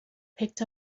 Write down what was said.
picked